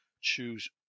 choose